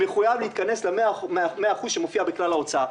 מחויב להיכנס למאה אחוז שמופיע בכלל ההוצאה.